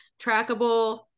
Trackable